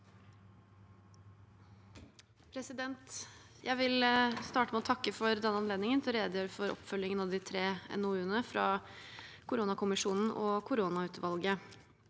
Jeg vil starte med å takke for denne anledningen til å redegjøre for oppfølgingen av de tre NOU-ene fra koronakommisjonen og koronautvalget.